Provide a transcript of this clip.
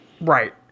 right